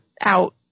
out